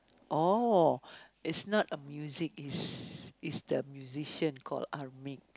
oh it's not a music it's it's the musician call Armik